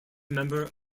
member